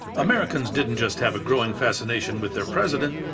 americans didn't just have a growing fascination with their president,